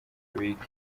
bige